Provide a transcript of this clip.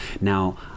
Now